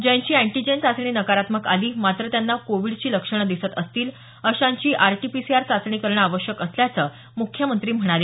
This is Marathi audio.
ज्यांची अँटीजेन चाचणी नकारात्मक आली मात्र त्यांना कोविडची लक्षणं दिसत असतील अशांची आरटी पीसीआर चाचणी करणं आवश्यक असल्याचं मुख्यमंत्री म्हणाले